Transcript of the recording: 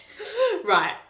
Right